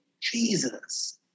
Jesus